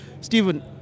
Stephen